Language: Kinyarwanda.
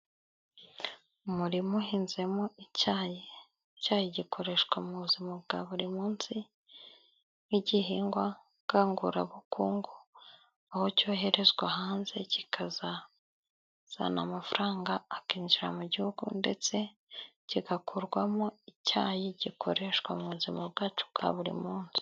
Umurima uhinzemo icayi. Icayi gikoreshwa mu buzima bwa buri munsi nk'igihingwa gangurabukungu aho cyoherezwa hanze kikazazana amafaranga akinjira mu gihugu ndetse kigakorwamo icayi gikoreshwa mu buzima bwacu bwa buri munsi.